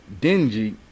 dingy